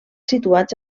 situats